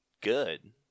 good